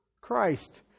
Christ